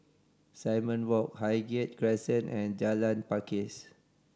Simon Walk Highgate Crescent and Jalan Pakis